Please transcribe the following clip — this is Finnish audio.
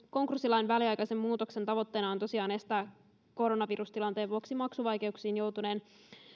konkurssilain väliaikaisen muutoksen tavoitteena on tosiaan estää koronavirustilanteen vuoksi maksuvaikeuksiin joutuneen